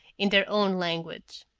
in their own language,